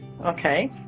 Okay